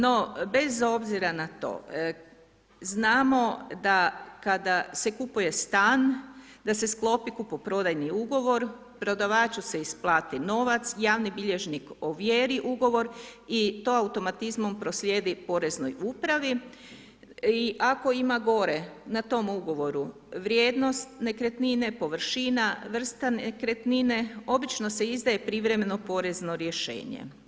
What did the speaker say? No, bez obzira na to, znamo da kada se kupuje stan, da se sklopi kupoprodajni ugovor, prodavaču se isplati novac, javni bilježnik ovjeri ugovor i to automatizmom proslijedi poreznoj upravi i ako ima gore na tom ugovoru vrijednost nekretnine, površina, vrsta nekretnine, obično se izdaje privremeno porezno rješenje.